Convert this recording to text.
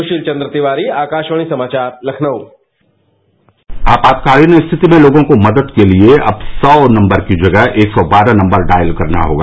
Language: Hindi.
सुशील चन्द्र तिवारी आकाशवाणी समाचार लखनऊ आपातकालीन स्थिति में लोगों को मदद के लिये अब सौ नम्बर की जगह एक सौ बारह नम्बर डॉयल करना होगा